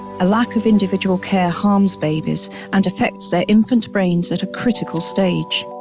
a lack of individual care harms babies, and affects their infant brains at a critical stage.